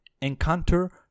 encounter